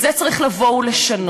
את זה צריך לבוא ולשנות.